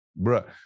Bruh